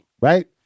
right